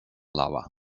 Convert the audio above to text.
lava